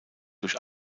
durch